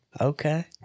Okay